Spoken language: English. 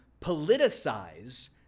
politicize